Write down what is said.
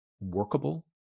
workable